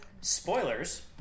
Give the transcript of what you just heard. spoilers